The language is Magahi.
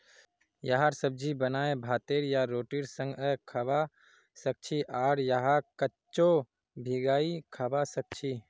यहार सब्जी बनाए भातेर या रोटीर संगअ खाबा सखछी आर यहाक कच्चो भिंगाई खाबा सखछी